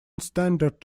standard